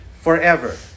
forever